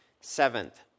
Seventh